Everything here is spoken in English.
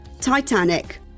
Titanic